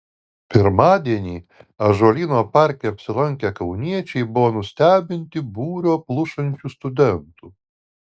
pirmadienį ąžuolyno parke apsilankę kauniečiai buvo nustebinti būrio plušančių studentų